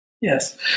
Yes